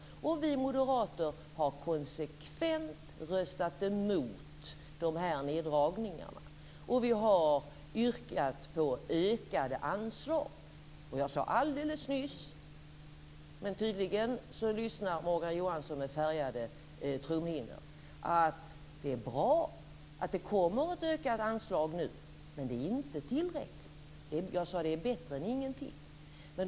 Vi moderater har konsekvent röstat emot de här neddragningarna. Vi har yrkat på ökade anslag. Jag sade alldeles nyss - men tydligen lyssnar Morgan Johansson med färgade trumhinnor - att det är bra att det kommer ett ökat anslag nu, men det är inte tillräckligt. Jag sade att det är bättre än ingenting.